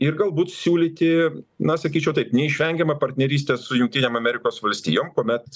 ir galbūt siūlyti na sakyčiau taip neišvengiamą partnerystę su jungtinėm amerikos valstijom kuomet